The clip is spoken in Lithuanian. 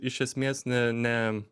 iš esmės ne ne